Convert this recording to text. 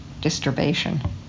disturbation